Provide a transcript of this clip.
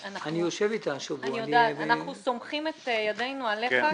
אנחנו סומכים את ידינו עליך.